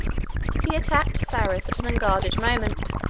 he attacked sarus at an unguarded moment,